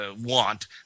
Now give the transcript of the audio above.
want